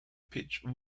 pitched